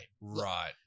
Right